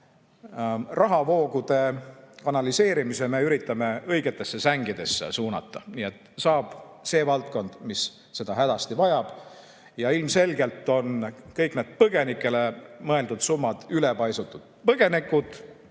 rahavood kanaliseerida, õigetesse sängidesse suunata, nii et raha saab see valdkond, mis seda hädasti vajab. Ja ilmselgelt on kõik need põgenikele mõeldud summad ülepaisutatud. Põgenikud